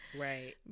right